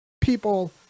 people